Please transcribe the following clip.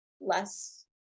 less